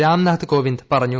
റാംനാഥ് കോവിന്ദ് പറഞ്ഞു